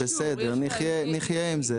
אוקיי, נחיה עם זה.